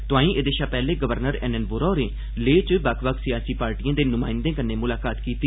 तोआई एह्दे शा पैहले गवर्नर एन एन वोहा होरें लेह् च बक्ख बक्ख सियासी पार्टिएं दे नुमाइंदें कन्नै मुलाकात बी कीती